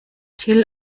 till